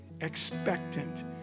expectant